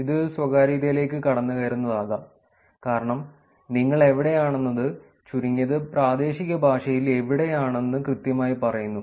ഇത് സ്വകാര്യതയിലേക്ക് കടന്നുകയറുന്നതാകാം കാരണം നിങ്ങൾ എവിടെയാണെന്നത് ചുരുങ്ങിയത് പ്രാദേശിക ഭാഷയിൽ എവിടെയാണെന്ന് കൃത്യമായി പറയുന്നു